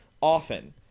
often